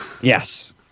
Yes